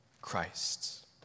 Christ